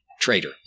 traitor